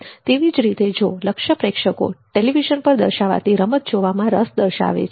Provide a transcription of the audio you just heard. તેવી જ રીતે જો લક્ષ્ય પ્રેક્ષકો ટેલિવિઝન પર દર્શાવાતી રમત જોવામાં રસ દર્શાવે છે